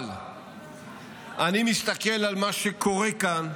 אבל אני מסתכל על מה שקורה כאן,